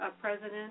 president